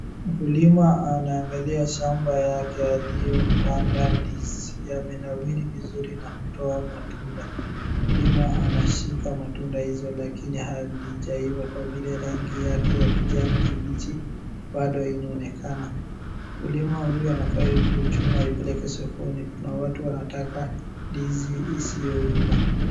Mkulima anaangalia shamba yake ambayo aliopanda ndizi , yamenawiri vizuri na kutoa matunda mkulima anashika matunda hizo lakini hazijaiva kwa vile rangi yake kijani kibichi bado inaonekana, mkulima huyo anafanya kuichuna aipeleke sokoni na watu wanataka ndizi isiyoiva.